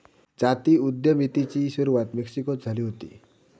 जाती उद्यमितेची सुरवात मेक्सिकोत झाली हुती